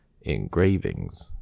engravings